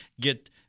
get